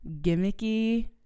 gimmicky